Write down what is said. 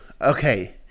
Okay